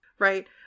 Right